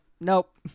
Nope